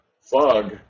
fog